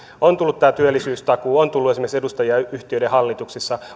on tullut tämä työllisyystakuu on tullut esimerkiksi edustajia yhtiöiden hallituksissa